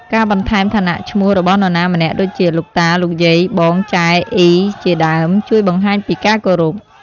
ការបន្ថែមឋានៈឈ្មោះរបស់នរណាម្នាក់ដូចជា លោកតា លោកយាយ បង ចែ អុី ជាដើម ជួយបង្ហាញពីការគោរព។